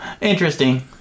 Interesting